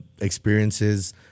experiences